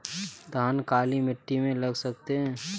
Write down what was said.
धान काली मिट्टी में लगा सकते हैं?